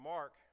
Mark